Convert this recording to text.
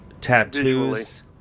tattoos